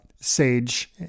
sage